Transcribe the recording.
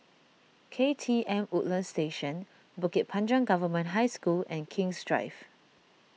K T M Woodlands Station Bukit Panjang Government High School and King's Drive